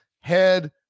head